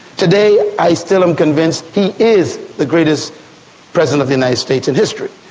today, i still am convinced, he is the greatest president of the united states in history.